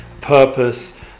purpose